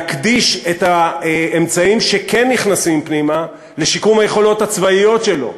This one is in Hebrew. להקדיש את האמצעים שכן נכנסים פנימה לשיקום היכולות הצבאיות שלו,